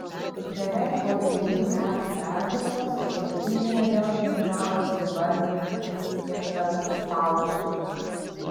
beveik po dvejų metų pertraukos rinktinėje vėl treniravosi vartininkas gintaras staučė